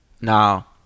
now